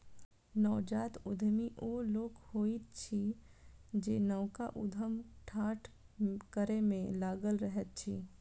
नवजात उद्यमी ओ लोक होइत अछि जे नवका उद्यम ठाढ़ करै मे लागल रहैत अछि